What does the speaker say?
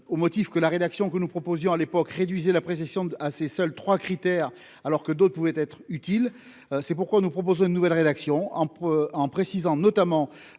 au motif que la rédaction que nous proposions à l'époque, réduisez la précision de à, seuls 3 critères alors que d'autres pouvaient être utile, c'est pourquoi nous propose une nouvelle rédaction en en précisant notamment